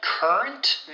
Current